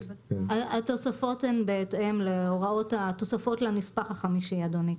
התוספות הן בהתאם לתוספות לנספח החמישי, אדוני.